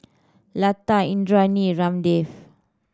Lata Indranee Ramdev